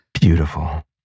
Beautiful